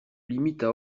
limites